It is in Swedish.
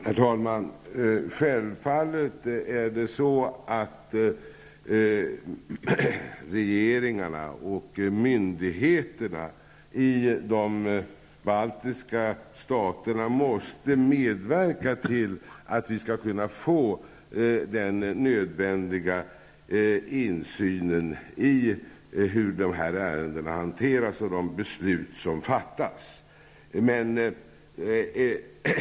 Herr talman! Självfallet måste regeringarna och myndigheterna i de baltiska staterna medverka till att vi skall kunna få den nödvändiga insynen i hur dessa ärenden hanteras och om de beslut som fattas.